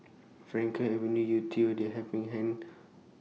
Frankel Avenue Yew Tee and The Helping Hand